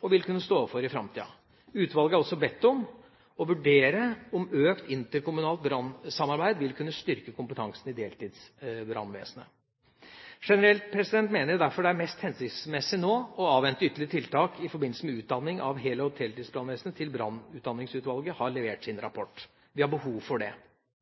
og vil kunne stå overfor i framtida. Utvalget er også bedt om å vurdere om økt interkommunalt brannsamarbeid vil kunne styrke kompetansen i deltidsbrannvesenet. Generelt mener jeg derfor det er mest hensiktsmessig nå å avvente ytterligere tiltak i forbindelse med utdanning av hel- og deltidsbrannvesenet til brannutdanningsutvalget har levert sin rapport. Vi har behov for det.